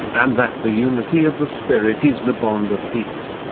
and that the unity of the spirit is the bond of peace.